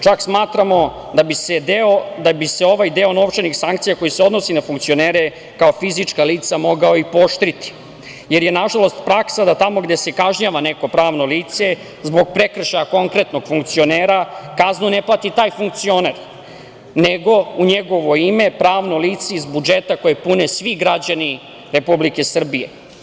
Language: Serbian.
Čak smatramo da bi se ovaj deo novčanih sankcija, koji se odnosi na funkcionere kao fizička lica, mogao i pooštriti, jer je, nažalost, praksa da tamo gde se kažnjava neko pravno lice zbog prekršaja konkretno funkcionera, kaznu ne plati taj funkcioner, nego u njegovo ime pravno lice iz budžeta, koji pune svi građani Republike Srbije.